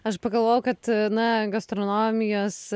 aš pagalvojau kad na gastronomijos